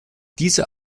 diese